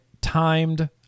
timed